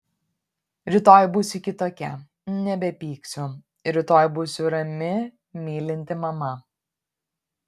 rytoj būsiu kitokia nebepyksiu rytoj būsiu rami mylinti mama